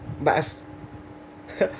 but I